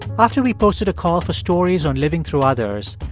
after we posted a call for stories on living through others,